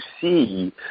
see